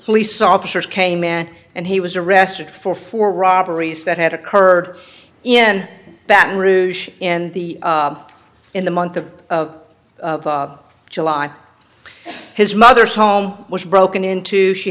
police officers came man and he was arrested for four robberies that had occurred in baton rouge and the in the month of july his mother's home was broken into she